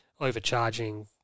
overcharging